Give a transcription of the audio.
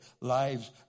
lives